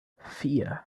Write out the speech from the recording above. vier